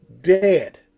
dead